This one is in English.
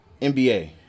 NBA